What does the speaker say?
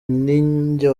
ninjye